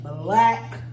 Black